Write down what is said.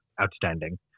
outstanding